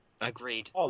Agreed